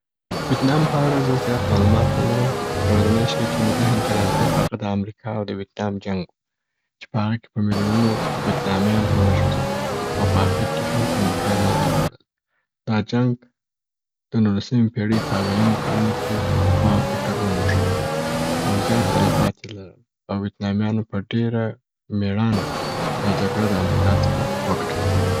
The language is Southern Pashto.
ویتنام په اړه زه زیات معلومات نه لرم. یوازنی شي چې مي ذهن ته راځی هغه د امریکا او د ویتنام جنګ و چې په هغه کي په میلیونونو ویتنامیان ووژل سول او په اخیر کي هم امریکا ماته وخوړل. دا جنګ د نولسمي پیړۍ په اویایمو کلونو کي زما په فکر و موښت او زیات تلفات یې لرل او ویتنامیانو په ډېره میړانه دا جګړه د امریکا څخه و ګټل.